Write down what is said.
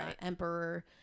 emperor